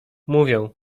mówię